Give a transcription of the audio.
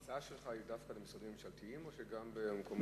ההצעה שלך היא דווקא למשרדים ממשלתיים או גם במקומות אחרים?